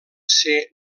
ser